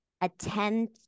attend